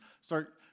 start